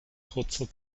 kurzer